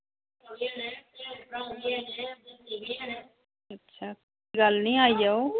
कल हीआई जाओ